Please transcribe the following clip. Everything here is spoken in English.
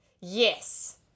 Yes